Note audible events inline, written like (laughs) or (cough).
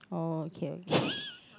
oh okay okay (laughs)